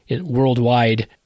worldwide